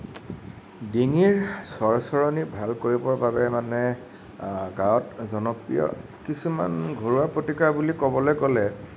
ডিঙিৰ চৰচৰণি ভাল কৰিবৰ বাবে মানে গাঁৱত কিছুমান ঘৰুৱা প্ৰতিকাৰ বুলি ক'বলৈ গ'লে